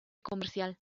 comercial